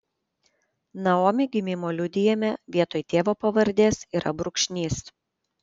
naomi gimimo liudijime vietoj tėvo pavardės yra brūkšnys